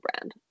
brand